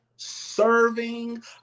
serving